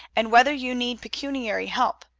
and whether you need pecuniary help.